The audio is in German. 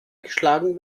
geschlagen